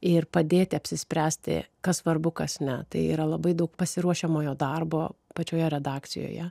ir padėti apsispręsti kas svarbu kas ne tai yra labai daug pasiruošiamojo darbo pačioje redakcijoje